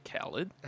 khaled